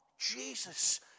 Jesus